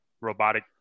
robotic